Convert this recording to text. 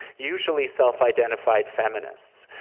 usually self-identified feminists,